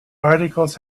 articles